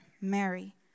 Mary